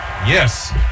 Yes